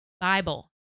Bible